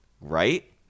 right